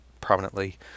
prominently